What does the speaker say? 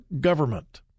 government